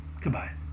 Goodbye